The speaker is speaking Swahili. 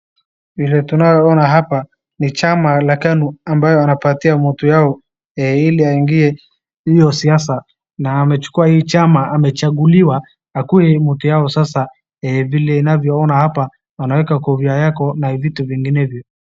Vike tunayoona hapa ni chama chama ya Kanu ambayo wanapatia mtu yao ili aingie hiyo siasa, na amechukua hii chama amechaguliwa akuwe mtu yao sasa, vile ninavyoona hapa wanaweka kofia yako na vitu vinginevyo.